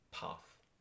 path